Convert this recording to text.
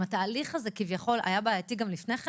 אם התהליך הזה היה בעייתי לפני כן